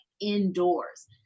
indoors